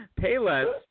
Payless